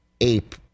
ape